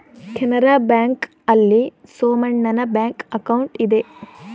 Canara bank ಆಲ್ಲಿ ಸೋಮಣ್ಣನ bank account ಇದೆ